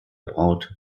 braut